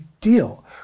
deal